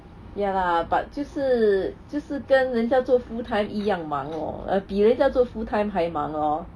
ya lah but 就是就是跟人家做 full time 一样忙 lor err 比那个做 full time 还忙 lor